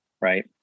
right